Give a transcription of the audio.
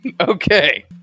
Okay